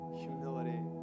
humility